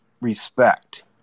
respect